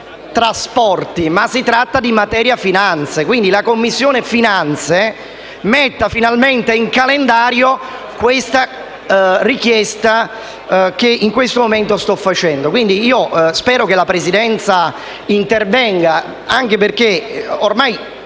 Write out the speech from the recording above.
trasporti, ma di materia finanze, quindi la Commissione finanze metta finalmente in calendario la richiesta che in questo momento sto facendo. Spero che la Presidenza intervenga, anche perché ormai